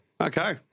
Okay